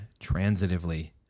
transitively